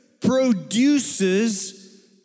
produces